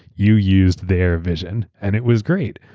you use their vision and it was great.